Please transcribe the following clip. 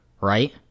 Right